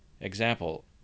Example